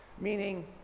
Meaning